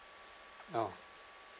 oh